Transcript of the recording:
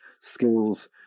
skills